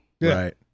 Right